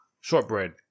shortbread